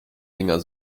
dinger